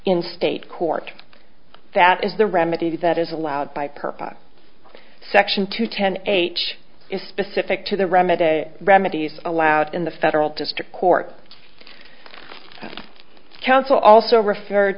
in state court that is the remedy that is allowed by per section to ten h is specific to the remedy remedies allowed in the federal district court counsel also referred